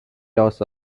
loss